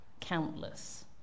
Countless